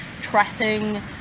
trapping